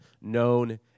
known